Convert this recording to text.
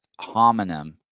homonym